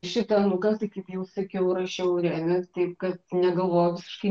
šitą nukas tai kaip jau sakiau rašiau remiui taip kad negalvojau visiškai